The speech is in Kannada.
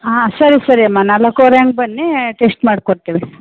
ಹಾಂ ಸರಿ ಸರಿ ಅಮ್ಮ ನಾಲ್ಕುವರೆ ಹಂಗ್ ಬನ್ನಿ ಟೆಶ್ಟ್ ಮಾಡಿಕೊಡ್ತೀವಿ